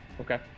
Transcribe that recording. Okay